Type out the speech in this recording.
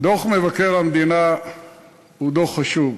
דוח מבקר המדינה הוא דוח חשוב.